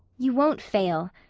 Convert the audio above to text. you won't fail.